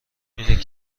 اینه